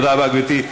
תודה רבה, גברתי.